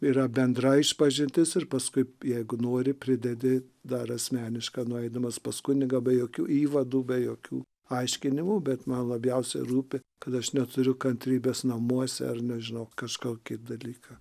yra bendra išpažintis ir paskui jeigu nori pridedi dar asmenišką nueidamas pas kunigą be jokių įvadų be jokių aiškinimų bet man labiausia rūpi kad aš neturiu kantrybės namuose ar nežinau kažkokį dalyką